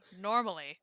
normally